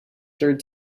third